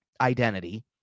identity